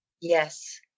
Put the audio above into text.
Yes